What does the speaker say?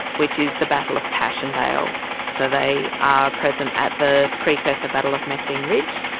which is the battle of passchendaele. so they are present at the precursor battle of messines ridge,